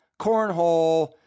cornhole